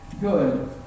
good